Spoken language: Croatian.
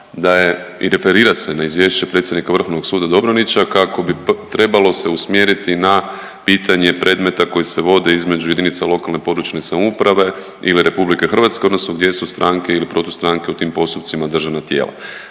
da je i referira se na izvješće predsjednika Vrhovnog suda Dobronića kako bi trebalo se usmjeriti na pitanje predmeta koji se vode između jedinica lokalne, područne samouprave ili Republike Hrvatske, odnosno gdje su stranke ili protustranke u tim postupcima državna tijela.